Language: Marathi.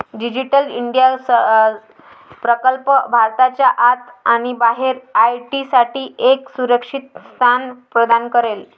डिजिटल इंडिया प्रकल्प भारताच्या आत आणि बाहेर आय.टी साठी एक सुरक्षित स्थान प्रदान करेल